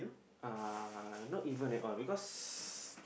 uh not even at all because